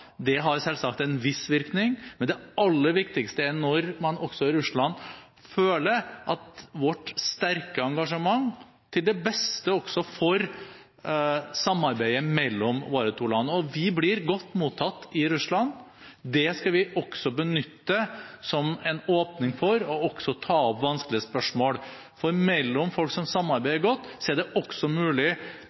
har selvsagt en viss virkning, men det aller viktigste er når man også i Russland føler at vårt sterke engasjement er til det beste for samarbeidet mellom våre to land. Vi blir godt mottatt i Russland. Det skal vi benytte som en åpning til å ta opp vanskelige spørsmål. Mellom folk som samarbeider godt, er det mulig å ta opp spørsmål som er av stor viktighet og kanskje også